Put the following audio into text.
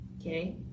okay